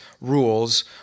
rules